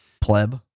Pleb